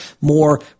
more